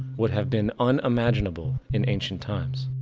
would have been unimaginable in ancient times.